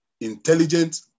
intelligent